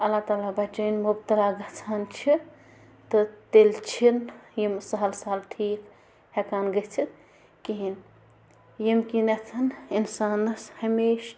اللہ تعالیٰ بچٲوِن مُبتلا گژھان چھِ تہٕ تیٚلہِ چھِنہٕ یِم سَہل سَہل ٹھیٖک ہٮ۪کان گٔژھِتھ کِہیٖنۍ ییٚمہِ کِنٮ۪تھ اِنسانَس ہمیشہ